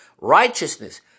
Righteousness